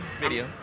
video